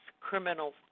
criminal